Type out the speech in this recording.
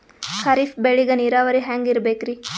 ಖರೀಫ್ ಬೇಳಿಗ ನೀರಾವರಿ ಹ್ಯಾಂಗ್ ಇರ್ಬೇಕರಿ?